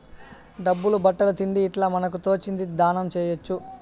డబ్బులు బట్టలు తిండి ఇట్లా మనకు తోచింది దానం చేయొచ్చు